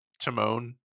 Timon